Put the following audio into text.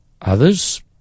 Others